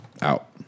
Out